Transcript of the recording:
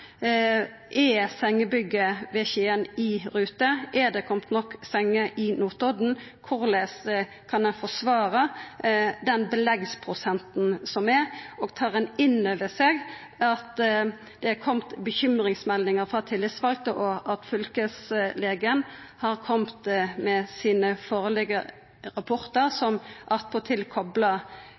Skien i rute? Er det kome nok senger på Notodden? Korleis kan ein forsvara den beleggsprosenten som er? Tar ein inn over seg at det er kome bekymringsmeldingar frå tillitsvalde, og at fylkeslegen har kome med sin rapport, som attpåtil koplar kapasitetsproblem og belegg til dødsfall som